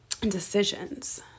decisions